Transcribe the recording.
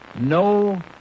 no